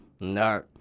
No